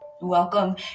Welcome